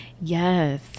Yes